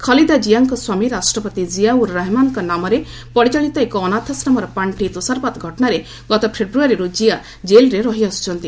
ଖଲିଦା ଜିଆଙ୍କ ସ୍ୱାମୀ ରାଷ୍ଟ୍ରପତି କିଆଉର୍ ରହମାନଙ୍କ ନାମରେ ପରିଚାଳିତ ଏକ ଅନାଥାଶ୍ରମର ପାର୍ଷି ତୋଷରପାତ ଘଟଣାରେ ଗତ ଫେବୃୟାରୀରୁ ଜିଆ କେଲ୍ରେ ରହିଆସୁଛନ୍ତି